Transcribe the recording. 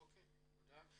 אוקי, תודה.